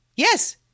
Yes